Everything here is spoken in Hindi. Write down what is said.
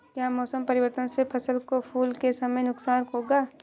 क्या मौसम परिवर्तन से फसल को फूल के समय नुकसान होगा?